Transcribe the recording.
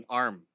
arm